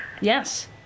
Yes